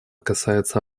касается